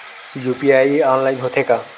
UPI online होथे का?